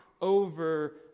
over